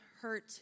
hurt